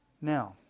Now